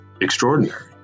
extraordinary